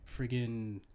friggin